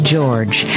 George